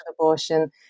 abortion